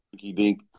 dinky-dink